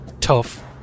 tough